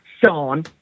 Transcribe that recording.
Sean